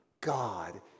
God